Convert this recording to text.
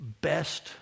best